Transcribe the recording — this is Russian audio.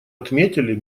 отметили